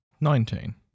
Nineteen